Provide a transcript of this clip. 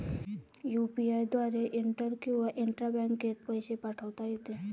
UPI द्वारे inter किंवा intra बँकेत पैसे पाठवता येते